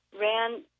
ran